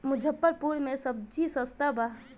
मुजफ्फरपुर में सबजी सस्ता बा